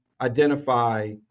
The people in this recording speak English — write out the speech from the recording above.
identify